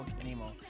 anymore